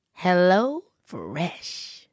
HelloFresh